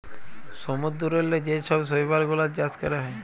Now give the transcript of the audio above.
সমুদ্দূরেল্লে যে ছব শৈবাল গুলাল চাষ ক্যরা হ্যয়